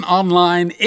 online